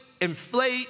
inflate